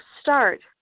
start